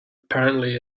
apparently